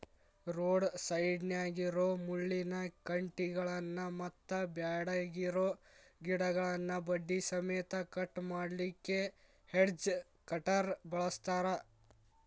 road ಸೈಡ್ನ್ಯಾಗಿರೋ ಮುಳ್ಳಿನ ಕಂಟಿಗಳನ್ನ ಮತ್ತ್ ಬ್ಯಾಡಗಿರೋ ಗಿಡಗಳನ್ನ ಬಡ್ಡಿ ಸಮೇತ ಕಟ್ ಮಾಡ್ಲಿಕ್ಕೆ ಹೆಡ್ಜ್ ಕಟರ್ ಬಳಸ್ತಾರ